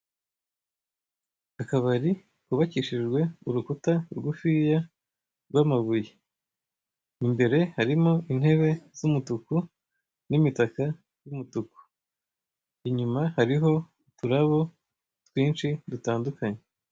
Akabari kubakishijwe urukuta rugufiya rw'amabuye. Imbere harimo intebe z'umutuku n'imitaka y'umutuku. Inyuma hariho uturabo twinshi dutandukanye.